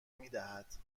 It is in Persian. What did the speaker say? میدهد